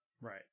Right